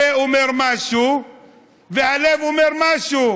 הפה אומר משהו והלב אומר משהו.